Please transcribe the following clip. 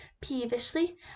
peevishly